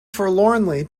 forlornly